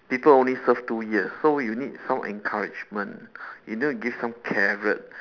people only serve two years so you need some encouragement you need to give some care